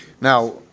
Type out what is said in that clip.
Now